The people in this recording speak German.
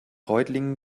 reutlingen